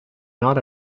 not